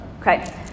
Okay